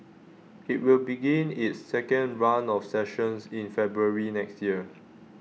IT will begin its second run of sessions in February next year